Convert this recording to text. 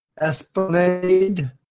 Esplanade